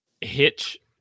hitch